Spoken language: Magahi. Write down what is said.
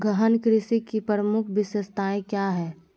गहन कृषि की प्रमुख विशेषताएं क्या है?